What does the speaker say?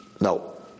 no